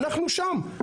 אנחנו שם.